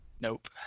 Nope